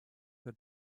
the